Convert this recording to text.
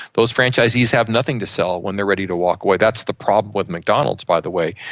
those franchisees have nothing to sell when they are ready to walk away. that's the problem with mcdonald's, by the way,